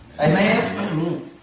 Amen